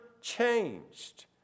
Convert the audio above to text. changed